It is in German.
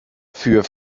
für